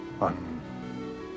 on